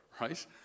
right